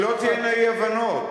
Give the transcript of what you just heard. שלא תהיינה אי-הבנות,